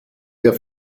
der